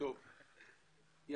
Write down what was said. אנחנו באמת מעריכים את זה.